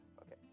Okay